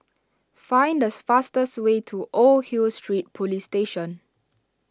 find the fastest way to Old Hill Street Police Station